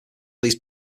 these